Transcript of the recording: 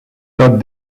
todd